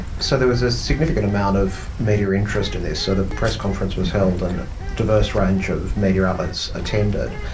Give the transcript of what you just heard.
so there was a significant amount of media interest in this, so the press conference was held and a diverse range of media outlets attended,